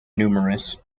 numerous